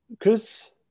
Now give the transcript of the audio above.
Chris